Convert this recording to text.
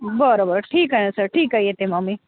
बरं बरं ठीक आहे ना सर ठीक आहे येते मग मी